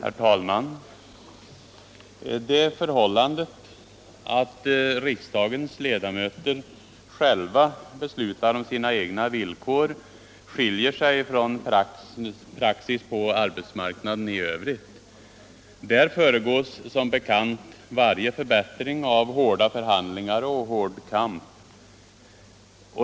Herr talman! Det förhållandet att riksdagens ledamöter själva beslutar om sina egna villkor skiljer sig från praxis på arbetsmarknaden i övrigt. Där föregås som bekant varje förbättring av hårda förhandlingar och hård kamp.